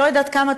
לא יודעת כמה,